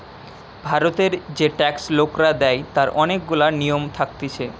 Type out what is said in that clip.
ভারতের যে ট্যাক্স লোকরা দেয় তার অনেক গুলা নিয়ম থাকতিছে